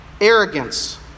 Arrogance